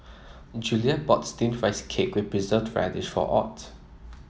Juliet bought steamed Rice Cake with Preserved Radish for Ott